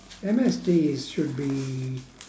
M_S_G is should be